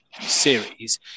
series